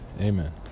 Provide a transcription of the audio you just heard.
Amen